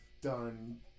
done